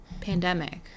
pandemic